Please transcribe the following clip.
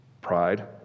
Pride